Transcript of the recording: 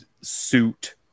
suit